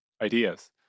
ideas